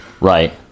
right